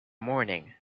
morning